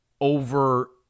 over